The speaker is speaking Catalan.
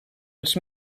els